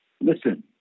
Listen